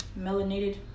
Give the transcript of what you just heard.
melanated